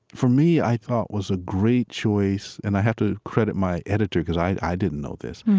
for me, i thought was a great choice. and i have to credit my editor because i i didn't know this,